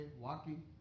walking